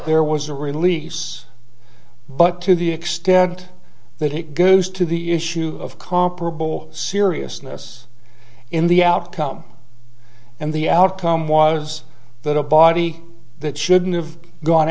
there was a release but to the extent that it goes to the issue of comparable seriousness in the outcome and the outcome was that a body that shouldn't have gone